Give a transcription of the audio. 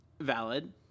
valid